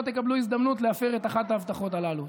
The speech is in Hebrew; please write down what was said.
תקבלו את ההזדמנות להפר את אחת ההבטחות הללו.